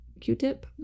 Q-tip